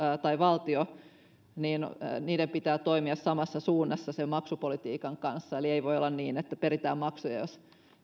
tai valtio pitää toimia samassa suunnassa sen maksupolitiikan kanssa eli ei voi olla niin että peritään maksuja jos